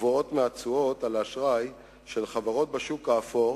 גבוהות מהתשואות על האשראי של חברות בשוק האפור